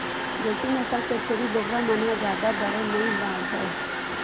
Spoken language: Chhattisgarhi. देसी नसल के छेरी बोकरा मन ह जादा बड़े नइ बाड़हय